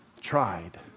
tried